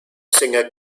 singer